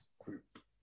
group